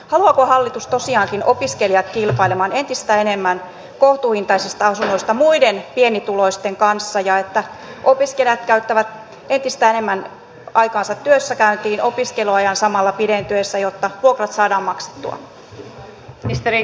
haluaako hallitus tosiaankin opiskelijat kilpailemaan entistä enemmän kohtuuhintaisista asunnoista muiden pienituloisten kanssa ja käyttämään entistä enemmän aikaansa työssäkäyntiin opiskeluajan samalla pidentyessä jotta vuokrat saadaan maksettua